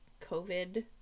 COVID